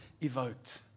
evoked